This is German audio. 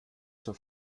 zur